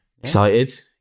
Excited